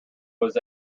was